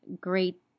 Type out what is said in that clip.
great